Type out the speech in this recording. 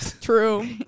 True